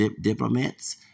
diplomats